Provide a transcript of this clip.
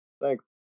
Thanks